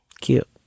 Cute